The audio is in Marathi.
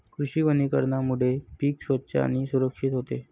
कृषी वनीकरणामुळे पीक स्वच्छ आणि सुरक्षित होते